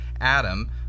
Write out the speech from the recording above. Adam